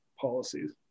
policies